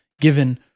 given